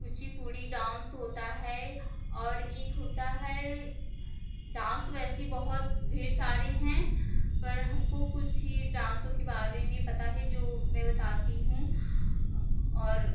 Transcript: Kuchipudi dance होता है और एक होता है डांस तो ऐसी बहुत ढेर सारे हैं पर हमको कुछ ही डांसो के बारे में पता है जो मैं बताती हूँ और